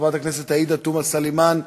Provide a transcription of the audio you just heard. חברת הכנסת עאידה תומא סלימאן,